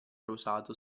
rosato